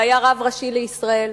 שהיה הרב הראשי לישראל.